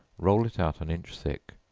roll it out an inch thick,